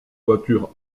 voitures